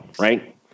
right